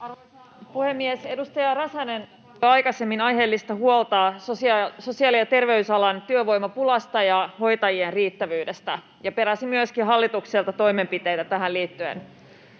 Arvoisa puhemies! Edustaja Räsänen kantoi aikaisemmin aiheellista huolta sosiaali- ja terveysalan työvoimapulasta ja hoitajien riittävyydestä ja peräsi myöskin hallitukselta toimenpiteitä tähän liittyen.